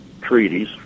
treaties